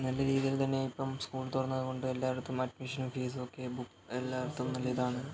നല്ല രീതിയില് തന്നെ ഇപ്പം സ്കൂള് തുറന്നത് കൊണ്ട് എല്ലായിടത്തും അഡ്മിഷനും ഫീസും ഒക്കെ ബുക്ക് എല്ലായിടത്തും നല്ല ഇതാണ്